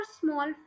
small